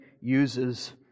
uses